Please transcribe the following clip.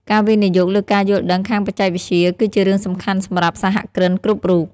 ការវិនិយោគលើការយល់ដឹងខាងបច្ចេកវិទ្យាគឺជារឿងសំខាន់សម្រាប់សហគ្រិនគ្រប់រូប។